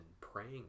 praying